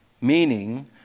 Meaning